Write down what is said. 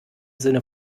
sinne